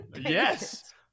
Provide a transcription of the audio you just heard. Yes